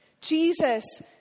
Jesus